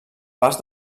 bars